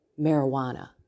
marijuana